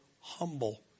humble